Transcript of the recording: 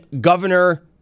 Governor